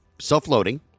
self-loading